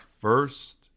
first